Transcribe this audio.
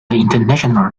international